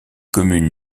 communes